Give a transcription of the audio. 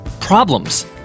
problems